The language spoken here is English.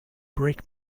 break